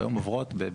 כיום עוברות בהרים.